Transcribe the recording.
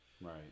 right